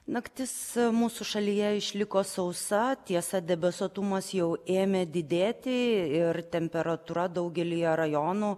naktis mūsų šalyje išliko sausa tiesa debesuotumas jau ėmė didėti ir temperatūra daugelyje rajonų